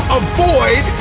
avoid